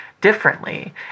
differently